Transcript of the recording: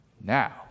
Now